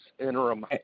interim